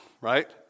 right